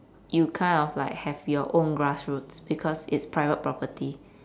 you kind of have like your own grassroots because it's private property